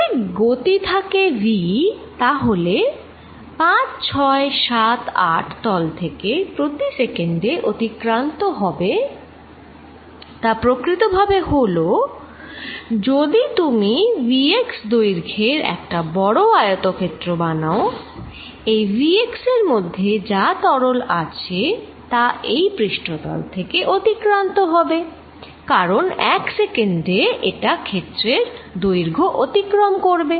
যদি গতি থাকে v তাহলে 5 6 7 8 তল থেকে প্রতি সেকেন্ডে অতিক্রান্ত হবে তা প্রকৃতভাবে হলো যদি তুমি vx দৈর্ঘ্যের একটা বড় আয়তক্ষেত্র বানাও এই vx এর মধ্যে যা তরল আছে তা এই পৃষ্ঠতল থেকে অতিক্রান্ত হবে কারণ এক সেকেন্ডে এটা ক্ষেত্রের দৈর্ঘ্য অতিক্রম করবে